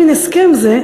איזה מין הסכם זה,